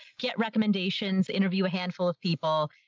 get recommendations, interview a handful of people,